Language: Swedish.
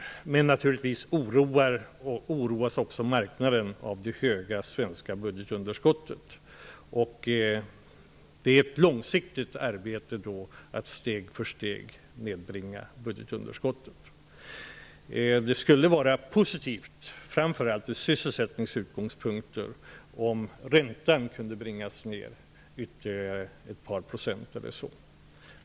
Det oroar naturligtvis marknaden, som också oroas av det höga svenska budgetunderskottet. Det är ett långsiktigt arbete att steg för steg nedbringa budgetunderskottet. Det skulle vara positivt ur framför allt sysselsättningssynpunkt om räntan kunde bringas ner ett par procentenheter.